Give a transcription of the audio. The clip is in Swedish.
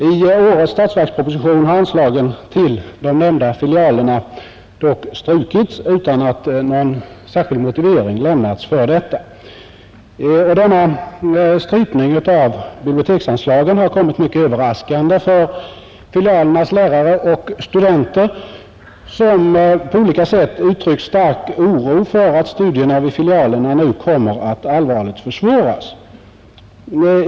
I årets statsverksproposition har dock anslagen till de nämnda filialerna strukits utan att någon motivering lämnats för detta. Denna strypning av biblioteksanslagen har kommit mycket överraskande för filialernas lärare och studenter, som på olika sätt uttryckt stark oro för att studierna vid filialerna nu kommer att allvarligt försvåras.